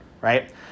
right